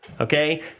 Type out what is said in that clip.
okay